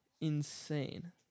Insane